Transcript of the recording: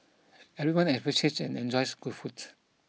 everyone appreciates and enjoys good foods